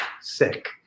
sick